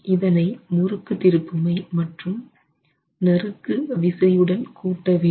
இதனை முறுக்கு திருப்புமை மற்றும் நறுக்கு விசை உடன் கூட்ட வேண்டும்